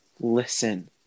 listen